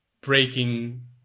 breaking